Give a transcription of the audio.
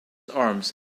arms